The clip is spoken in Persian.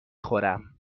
خورم